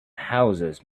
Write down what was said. houses